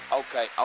okay